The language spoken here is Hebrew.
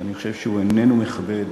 שאני חושב שהוא איננו מכבד,